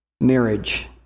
marriage